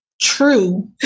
true